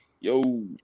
Yo